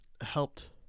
helped